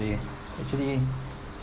they actually